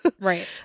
Right